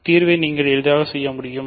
தீர்வை நீங்கள் எளிதாக செய்ய முடியும்